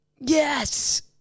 yes